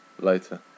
later